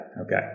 okay